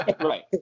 Right